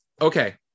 Okay